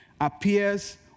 appears